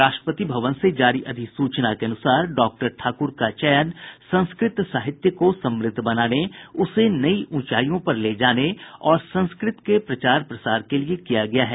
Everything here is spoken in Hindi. राष्ट्रपति भवन से जारी अधिसूचना के अनुसार डॉक्टर ठाकुर का चयन संस्कृत साहित्य को समुद्ध बनाने उसे नई ऊंचाईयों पर ले जाने और संस्कृत के प्रचार प्रसार के लिए किया गया है